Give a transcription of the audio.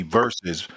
versus